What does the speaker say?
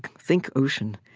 think ocean,